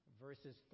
verses